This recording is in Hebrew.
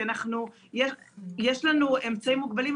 כי יש לנו אמצעים מוגבלים,